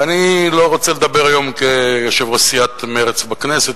ואני לא רוצה לדבר היום כיושב-ראש סיעת מרצ בכנסת,